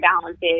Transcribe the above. balances